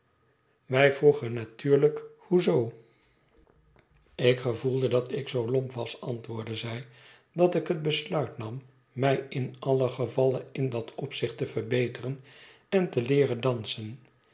wij vroegen natuurlijk hoe zoo ik gevoelde dat ik zoo lomp was antwoordde zij dat ik het besluit nam mij in allen gevalle in dat opzicht te verbeteren en te leeren dansen